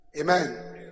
Amen